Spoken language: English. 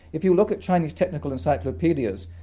if you look at chinese technical encyclopedias,